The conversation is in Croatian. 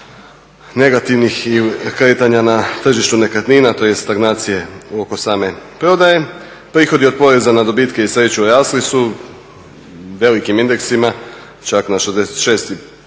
negativnih i kretanja na tržištu nekretnina, tj. stagnacije oko same prodaje. Prihodi od poreza na dobitke i sreću rasli su velikim indeksima čak na 66,5